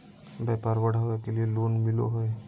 व्यापार बढ़ावे के लिए लोन मिलो है?